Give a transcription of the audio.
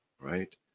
right